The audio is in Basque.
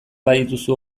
badituzu